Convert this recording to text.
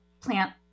plant